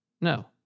No